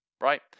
Right